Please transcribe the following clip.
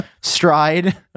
stride